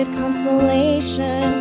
consolation